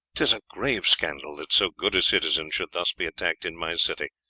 tis a grave scandal that so good a citizen should thus be attacked in my city,